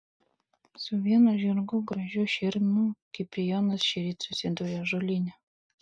su vienu žirgu gražiu širmiu kiprijonas šįryt susidūrė ąžuolyne